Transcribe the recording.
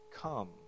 come